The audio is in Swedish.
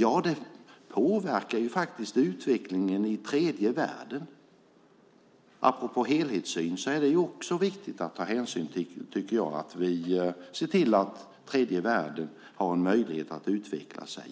Ja, det påverkar faktiskt utvecklingen i tredje världen. Apropå helhetssyn är det viktigt att ta hänsyn och se till att tredje världen har möjlighet att utveckla sig.